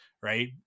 right